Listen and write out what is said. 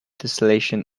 tesselation